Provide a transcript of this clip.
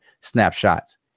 snapshots